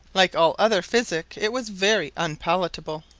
like all other physic, it was very unpalatable.